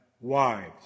wives